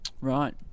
right